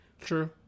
True